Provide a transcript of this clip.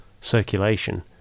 circulation